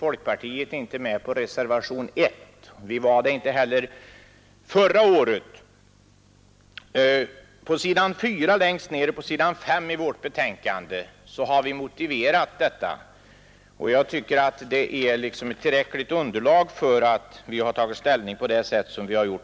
Folkpartiet är inte med på reservationen 1 och var det inte heller förra året. Längst ned på s. 4 samt på s. 5 i betänkandet finns motiveringen för detta. Jag tycker att vad som står där utgör tillräckligt underlag för att vi har tagit ställning på det sätt vi har gjort.